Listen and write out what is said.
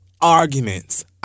arguments